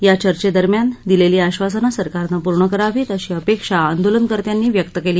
या चर्चेदरम्यान दिलेली आश्वासनं सरकारनं पूर्ण करावीत अशी अपेक्षा आंदोलनकर्त्यांनी व्यक्त केली